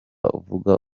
bavuga